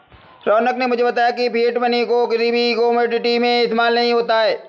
रौनक ने मुझे बताया की फिएट मनी को किसी भी कोमोडिटी में इस्तेमाल नहीं होता है